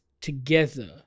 together